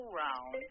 round